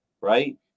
right